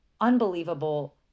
unbelievable